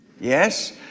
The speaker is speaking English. yes